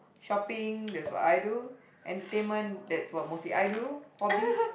shopping that's what I do entertainment that's what mostly I do hobby